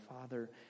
Father